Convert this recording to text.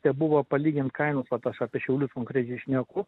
tebuvo palygint kainos vat aš apie šiaulius konkrečiai šneku